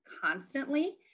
constantly